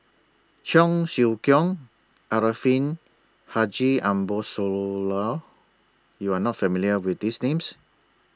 Cheong Siew Keong Arifin Haji Ambo Sooloh YOU Are not familiar with These Names